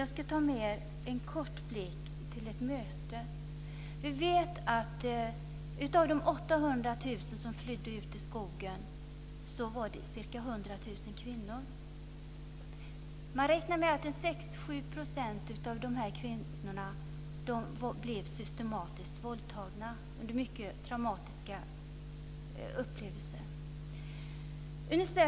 Jag ska ge er en kort inblick i ett möte. Vi vet att av de 800 000 människor som flydde ut i skogen var ca 100 000 kvinnor. Man räknar med att 6-7 % av de kvinnorna blev systematiskt våldtagna och att det var mycket traumatiska upplevelser.